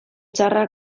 txarra